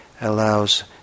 allows